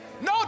No